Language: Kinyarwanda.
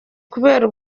kubera